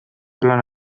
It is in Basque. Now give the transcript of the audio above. plan